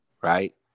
right